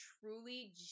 truly